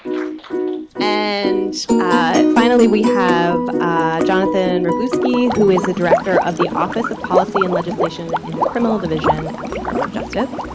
and finally, we have jonathan wroblewski, who is the director of the office of policy and legislation in the criminal division at the department of justice.